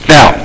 Now